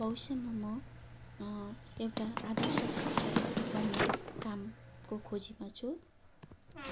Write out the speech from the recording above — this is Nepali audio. भविष्यमा म एउटा आदर्श शिक्षक बन्ने कामको खोजीमा छु